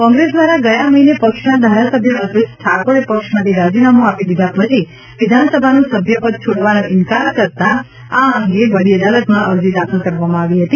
કોંગ્રેસ દ્વારા ગયા મહિને પક્ષના ધારાસભ્ય અલ્પેશ ઠાકોરે પક્ષમાંથી રાજીનામું આપી દીધા પછી વિધાનસભાનું સભ્યપદ છોડવાનો ઇન્કાર કરતાં આ અંગે વડી અદાલતમાં અરજી દાખલ કરવામાં આવી હતી